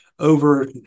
over